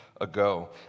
ago